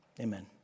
Amen